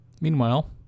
Meanwhile